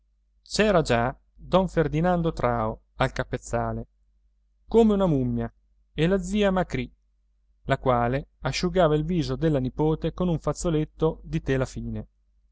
reggo c'era già don ferdinando trao al capezzale come una mummia e la zia macrì la quale asciugava il viso alla nipote con un fazzoletto di tela fine